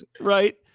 right